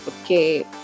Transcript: porque